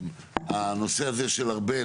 הנושא הזה של ארבל,